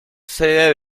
sede